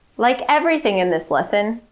like everything in this lesson,